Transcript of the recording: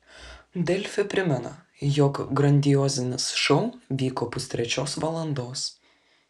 delfi primena jog grandiozinis šou vyko pustrečios valandos